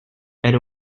elle